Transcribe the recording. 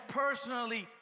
personally